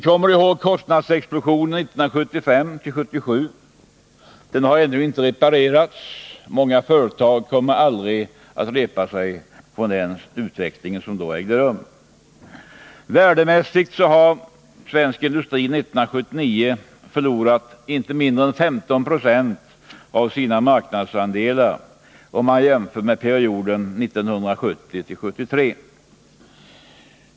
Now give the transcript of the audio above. Kostnadsexplosionen 1975-1977 har ännu inte reparerats. Många företag kommer aldrig att repa sig från den utveckling som då ägde rum. Värdemässigt hade svensk industri 1979 förlorat inte mindre än 15926 av sina marknadsandelar jämfört med perioden 1970-1973.